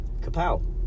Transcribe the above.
kapow